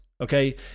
okay